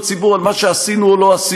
לציבור על מה שעשינו או לא עשינו,